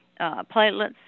platelets